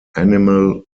animal